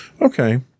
Okay